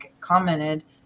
commented